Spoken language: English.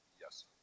Yes